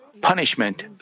punishment